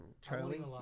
Charlie